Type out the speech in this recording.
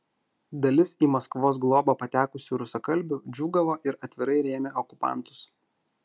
dalis į maskvos globą patekusių rusakalbių džiūgavo ir atvirai rėmė okupantus